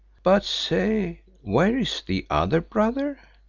but say, where is the other brother?